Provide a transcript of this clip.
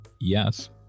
Yes